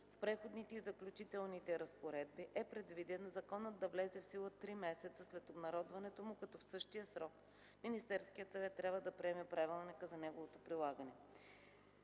В Преходните и заключителните разпоредби е предвидено законът да влезе в сила 3 месеца след обнародването му, като в същия срок Министерският съвет трябва да приеме правилника за неговото прилагане.